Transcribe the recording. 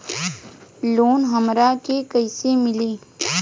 Loan हमरा के कईसे मिली?